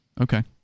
okay